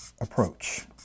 approach